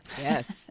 Yes